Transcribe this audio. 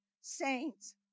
saints